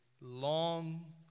Long